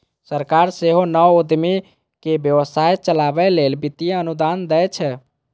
सरकार सेहो नव उद्यमी कें व्यवसाय चलाबै लेल वित्तीय अनुदान दै छै